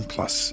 Plus